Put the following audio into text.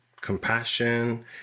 compassion